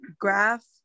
graph